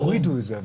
אבל הורידו את זה.